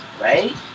right